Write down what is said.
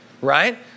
right